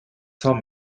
cents